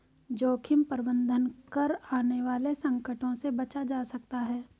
जोखिम प्रबंधन कर आने वाले संकटों से बचा जा सकता है